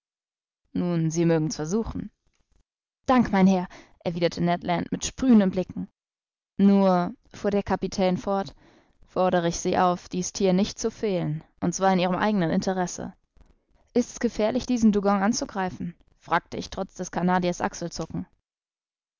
nun sie mögen's versuchen dank mein herr erwiderte ned land mit sprühenden blicken nur fuhr der kapitän fort fordere ich sie auf dies thier nicht zu fehlen und zwar in ihrem eigenen interesse ist's gefährlich diesen dugong anzugreifen fragte ich trotz des canadiers achselzucken